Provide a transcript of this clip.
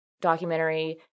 documentary